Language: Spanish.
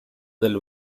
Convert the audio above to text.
del